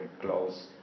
close